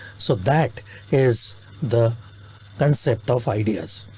so that is the concept of ideas.